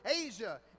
Asia